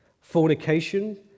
fornication